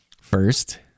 First